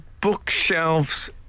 bookshelves